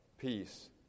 peace